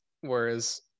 whereas